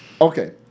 Okay